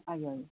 ଆଜ୍ଞା ଆଜ୍ଞା